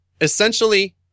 essentially